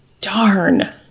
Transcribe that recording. Darn